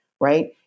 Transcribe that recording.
right